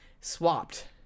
swapped